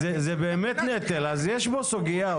יש פה סוגיה.